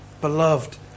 beloved